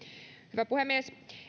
hyvä puhemies